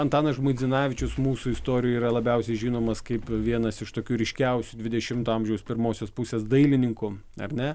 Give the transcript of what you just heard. antanas žmuidzinavičius mūsų istorijoj yra labiausiai žinomas kaip vienas iš tokių ryškiausių dvidešimto amžiaus pirmosios pusės dailininkų ar ne